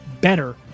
better